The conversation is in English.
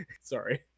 sorry